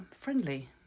friendly